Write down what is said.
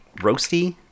roasty